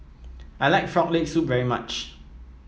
I like Frog Leg Soup very much